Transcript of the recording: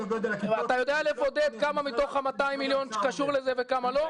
אתה יודע לבודד כמה מתוך ה-200 מיליון קשור לזה וכמה לא?